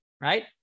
right